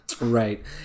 right